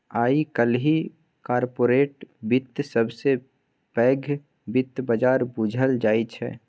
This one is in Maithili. आइ काल्हि कारपोरेट बित्त सबसँ पैघ बित्त बजार बुझल जाइ छै